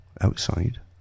outside